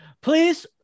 Please